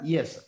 Yes